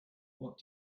what